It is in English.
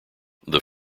that